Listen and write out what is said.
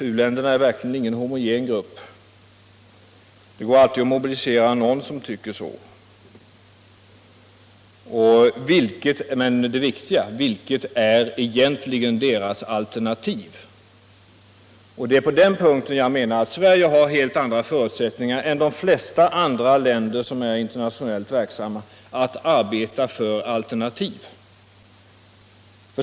U-länderna är verkligen ingen homogen grupp; det går alltid att mobilisera någon som tycker så. Men det viktiga spörsmålet är: Vilket är egentligen deras alternativ? Det är på den punkten som jag menar att Sverige har helt andra förutsättningar än de flesta andra länder som är internationellt verksamma att arbeta för alternativ.